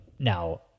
Now